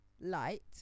light